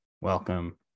Welcome